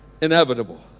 inevitable